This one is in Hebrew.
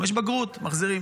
אומרים: יש בגרות, מחזירים.